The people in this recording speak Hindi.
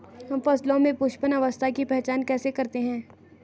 हम फसलों में पुष्पन अवस्था की पहचान कैसे करते हैं?